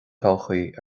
todhchaí